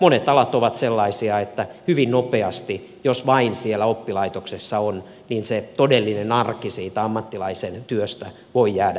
monet alat ovat sellaisia että hyvin nopeasti jos vain siellä oppilaitoksessa on se todellinen arki siitä ammattilaisen työstä voi jäädä hämärän peittoon